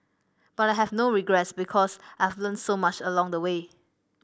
but I have no regrets because I've learnt so much along the way